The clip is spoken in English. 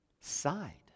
side